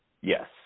Yes